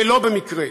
ולא במקרה,